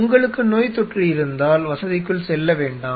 உங்களுக்கு நோய்த்தொற்று இருந்தால் வசதிக்குள் செல்ல வேண்டாம்